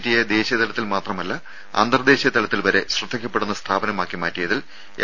ടിയെ ദേശീയ തലത്തിൽ മാത്രമല്ല അന്തർദേശീയ തലത്തിൽ വരെ ശ്രദ്ധിക്കപ്പെടുന്ന സ്ഥാപനമാക്കി മാറ്റിയതിൽ എം